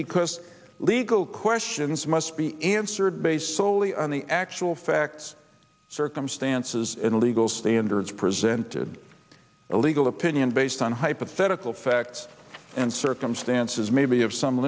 because legal questions must be answered based solely on the actual facts circumstances and legal standards presented a legal opinion based on hypothetical facts and circumstances may be of some